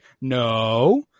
no